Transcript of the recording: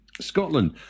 Scotland